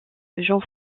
jean